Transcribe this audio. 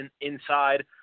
inside